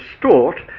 distort